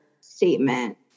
statement